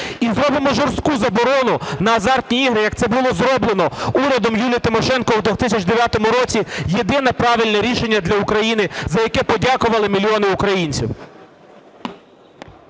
і зробимо жорстку заборону на азартні ігри, як це було зроблено урядом Юлії Тимошенко в 2009 році, – єдине правильне рішення для України, за яке подякували мільйони українців.